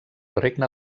regne